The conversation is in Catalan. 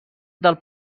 del